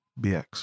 BX